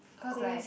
cause like